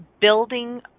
building